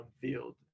field